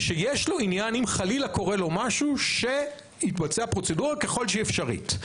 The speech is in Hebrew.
שיש לו עניין אם חלילה קורה לו משהו שתתבצע פרוצדורה ככל שהיא אפשרית.